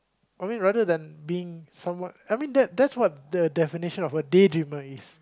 I mean rather than being somewhat I mean that's that's what a definition of a day dreamer is